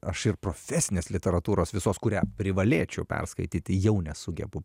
aš ir profesinės literatūros visos kurią privalėčiau perskaityti jau nesugebu